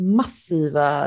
massiva